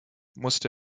musste